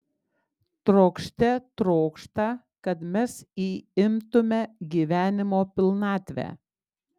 trokšte trokšta kad mes įimtume gyvenimo pilnatvę